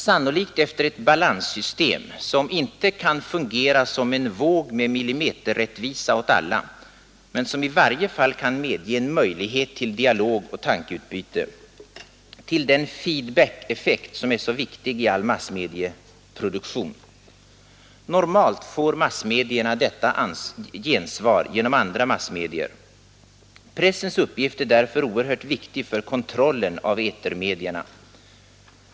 Sannolikt efter ett balanssystem, som inte kan fungera som en våg med millimeterrättvisa åt alla men som i varje fall kan medge en möjlighet till dialog och tankeutbyte, till den feed-backeffekt som är så viktig i all massmedieproduktion. Normalt får massmedierna detta gensvar genom andra massmedier. Pressens uppgift är därför oerhört viktig för kontrollen av etermedierna.